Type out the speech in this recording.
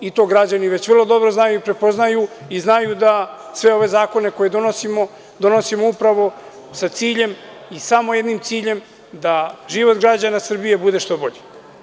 To građani vrlo dobro znaju i prepoznaju i znaju da sve ove zakone koje donosimo, donosimo upravo sa ciljem i samo jednim ciljem da život građana Srbije bude što bolji.